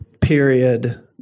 period